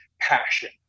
passion